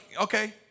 okay